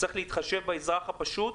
צריך להתחשב באזרח הפשוט.